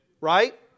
Right